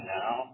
now